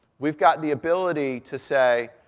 we've got the ability to say,